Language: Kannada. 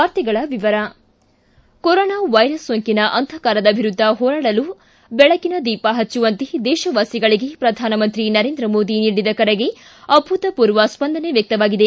ವಾರ್ತೆಗಳ ವಿವರ ಕೊರೊನಾ ವೈರಸ್ ಸೋಂಕಿನ ಅಂಧಕಾರದ ವಿರುದ್ದ ಹೋರಾಡಲು ಬೆಳಕಿನ ದೀಪ ಹಚ್ಚುವಂತೆ ದೇಶವಾಸಿಗಳಿಗೆ ಪ್ರಧಾನಮಂತ್ರಿ ನರೇಂದ್ರ ಮೋದಿ ನೀಡಿದ ಕರೆಗೆ ಅಭೂತಪೂರ್ವ ಸ್ವಂದನೆ ವ್ಯಕ್ತವಾಗಿದೆ